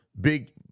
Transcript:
big